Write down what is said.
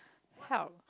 help